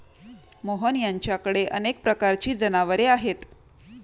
मोहन यांच्याकडे अनेक प्रकारची जनावरे आहेत